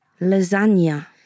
lasagna